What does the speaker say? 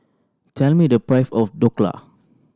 tell me the price of Dhokla